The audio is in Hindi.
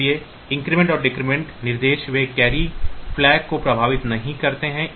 इसलिए इन्क्रीमेंट और डिक्रीमेंट निर्देश वे कैरी फ़्लैग को प्रभावित नहीं करते हैं